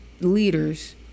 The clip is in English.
leaders